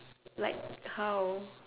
like how